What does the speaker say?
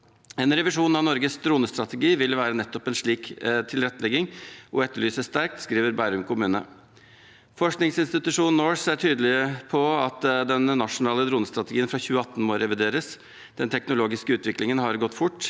En revisjon av Norges dronestrategi ville være nettopp en slik tilrettelegging og etterlyses sterkt, skriver Bærum kommune. Forskningsinstitusjonen NORCE er tydelig på at den nasjonale dronestrategien fra 2018 må revideres. Den teknologiske utviklingen har gått fort.